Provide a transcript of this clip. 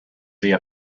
via